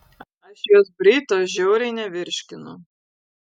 aš jos bryto žiauriai nevirškinu